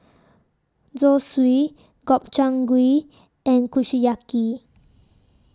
Zosui Gobchang Gui and Kushiyaki